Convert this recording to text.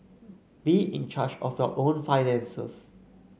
be in charge of your own finances